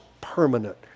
permanent